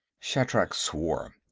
shatrak swore.